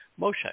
Moshe